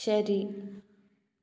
ശരി